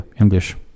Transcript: english